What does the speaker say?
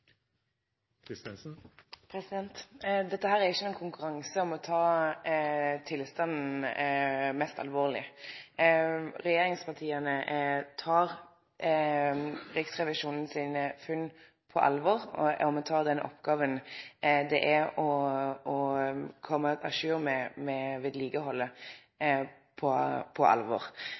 innstillingen. Dette er ikkje nokon konkurranse om å ta tilstanden mest alvorleg. Regjeringspartia tek Riksrevisjonen sine funn på alvor, og me tek den oppgåva det er å komme à jour med vedlikehaldet, på alvor.